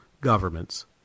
governments